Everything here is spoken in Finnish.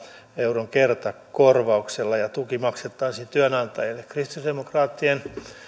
euron kertakorvauksella ja tuki maksettaisiin työnantajille kristillisdemokraattien